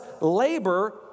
labor